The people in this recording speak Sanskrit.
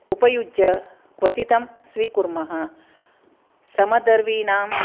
उपयुज्य क्वथितं स्वीकुर्मः समदर्वीनां